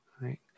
right